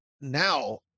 now